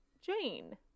Jane